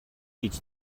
гэж